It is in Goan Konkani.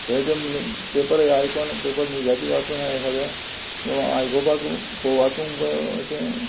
थंयचो पेपर आयकोन पेपर न्यूजाची वाचून सगळें आयकुपाक वाचूंक अशें